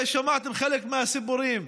שמעתם חלק מהסיפורים,